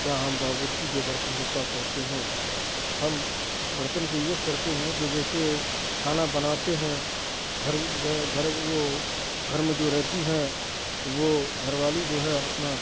کیا ہم باورچی کے برتن سے کیا کرتے ہیں ہم اس برتن سے یہ کرتے ہیں کہ جیسے کھانا بناتے ہیں گھر گھر وہ گھر میں جو رہتی ہیں تو وہ گھر والی جو ہے اپنا